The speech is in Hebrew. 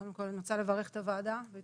קודם כל אני רוצה לברך את הוועדה ואת